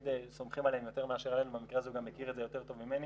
במקרה הזה הוא גם מכיר את זה יותר טוב ממני.